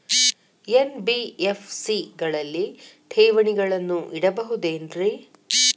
NBFC ಗಳಲ್ಲಿ ಠೇವಣಿಗಳನ್ನು ಇಡಬಹುದೇನ್ರಿ?